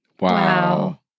Wow